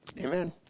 Amen